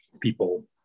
People